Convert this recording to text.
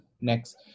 next